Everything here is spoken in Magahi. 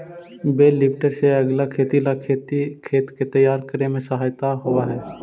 बेल लिफ्टर से अगीला खेती ला खेत के तैयार करे में सहायता होवऽ हई